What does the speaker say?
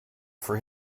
for